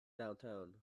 downtown